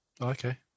Okay